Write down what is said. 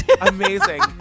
amazing